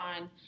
on